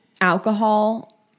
alcohol